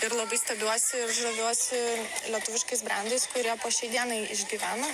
ir labai stebiuosi ir žaviuosi lietuviškais brendais kurie po šiai dienai išgyvena